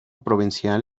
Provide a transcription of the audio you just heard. provincial